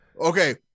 okay